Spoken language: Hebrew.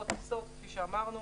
כפי שאמרנו,